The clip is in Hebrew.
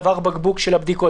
משרד הבריאות מקבל